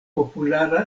populara